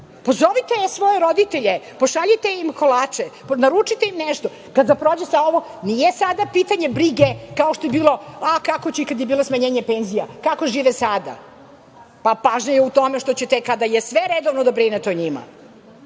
Pozovite svoje roditelje, pošaljite im kolače, naručite im nešto kada prođe sve ovo. Nije sada pitanje brige, kao što je bilo, a kako je bilo smanjenje penzija, kako žive sada. Pažnja je u tome, što ćete kada je sve redovno da brinete o njima.